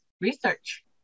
research